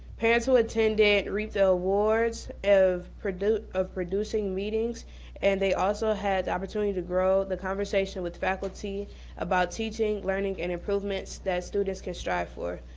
parents who attended reaped the rewards of producing of producing meetings and they also had the opportunity to grow the conversation with faculty about teaching, learning, and improvements that students can strive for.